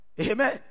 Amen